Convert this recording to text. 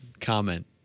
comment